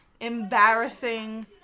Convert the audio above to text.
embarrassing